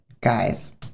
guys